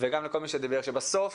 וגם לכל מי שדיבר, שבסוף